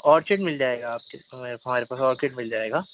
orchard مِل جائے گا آپ کے ہمارے پاس آرچڈ مِل جائے گا